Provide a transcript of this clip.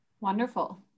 Wonderful